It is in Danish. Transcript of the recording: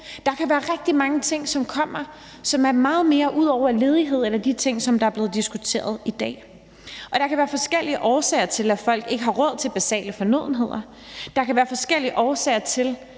Der kan være rigtig mange ting, som kommer, og som er meget andet end ledighed eller de ting, som er blevet diskuteret i dag. Og der kan være forskellige årsager til, at folk ikke har råd til basale fornødenheder. Der kan være forskellige årsager til,